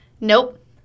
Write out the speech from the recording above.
Nope